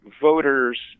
voters